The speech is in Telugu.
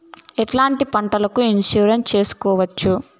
ఎట్లాంటి పంటలకు ఇన్సూరెన్సు చేసుకోవచ్చు?